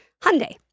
Hyundai